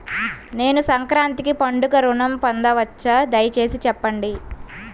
నేను సంక్రాంతికి పండుగ ఋణం పొందవచ్చా? దయచేసి చెప్పండి?